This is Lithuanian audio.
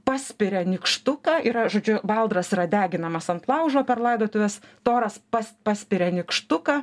paspiria nykštuką yra žodžiu baldras yra deginamas ant laužo per laidotuves toras pas paspiria nykštuką